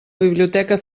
biblioteca